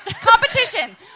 competition